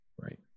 Right